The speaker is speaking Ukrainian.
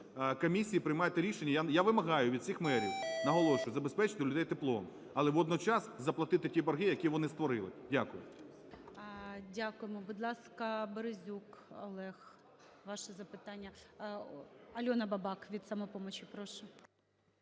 Комісії, приймайте рішення. Я вимагаю від всіх мерів, наголошую, забезпечте людей теплом. Але водночас заплатити ті борги, які вони створили. Дякую. ГОЛОВУЮЧИЙ. Дякуємо. Будь ласка, Березюк Олег ваше запитання. АльонаБабак від "Самопомочі". Прошу.